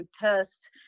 tests